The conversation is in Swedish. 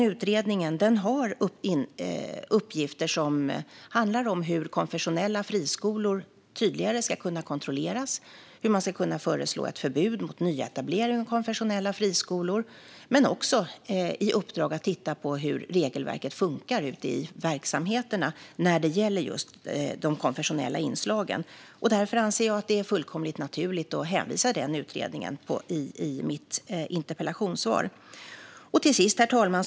Utredningen har till uppgift att se över hur konfessionella friskolor tydligare ska kunna kontrolleras, att föreslå ett förbud mot nyetablering av konfessionella friskolor och att titta på hur regelverket funkar ute i verksamheterna när det gäller de konfessionella inslagen. Därför anser jag att det är fullkomligt naturligt att hänvisa till den utredningen i mitt interpellationssvar. Herr talman!